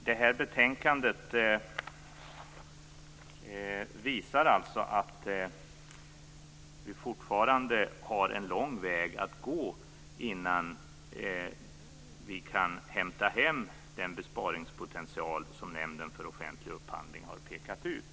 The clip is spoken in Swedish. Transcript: Det här betänkandet visar alltså att vi fortfarande har en lång väg att gå innan vi kan hämta hem den besparingspotential som Nämnden för offentlig upphandling har pekat ut.